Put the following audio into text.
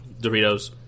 Doritos